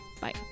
Bye